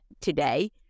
today